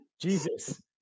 jesus